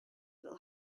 will